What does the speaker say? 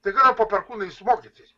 tai kada po perkūnais mokytis